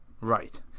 Right